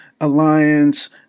Alliance